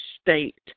state